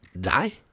die